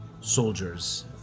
soldiers